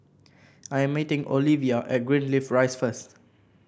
I'm meeting Olevia at Greenleaf Rise first